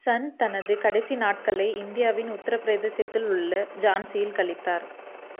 சந்த் தனது கடைசி நாட்களை இந்தியாவின் உத்திரபிரதேசத்தில் உள்ள ஜான்சியில் கழித்தார்